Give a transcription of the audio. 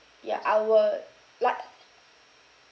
ya I would like